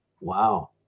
Wow